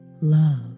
love